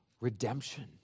redemption